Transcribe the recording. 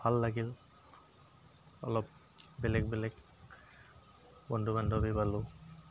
ভাল লাগিল অলপ বেলেগ বেলেগ বন্ধু বান্ধৱী পালোঁ